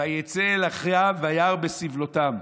"ויצא כל אחיו וירא בסבלֹתם".